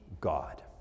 God